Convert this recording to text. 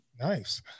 nice